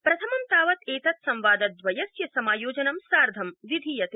प्रथमं तावत् एतत् संवादद्वयस्य समायोजनं सार्थं विधीयते